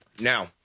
Now